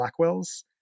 blackwells